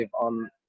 on